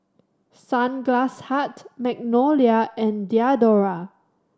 Sunglass Hut Magnolia and Diadora